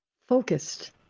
focused